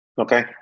Okay